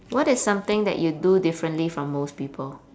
what is something that you do differently from most people